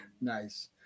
Nice